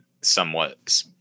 somewhat